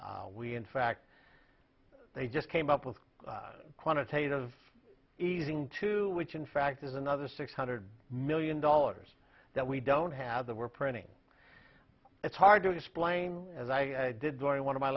we in fact they just came up with quantitative easing two which in fact is another six hundred million dollars that we don't have the we're printing it's hard to explain as i did during one of my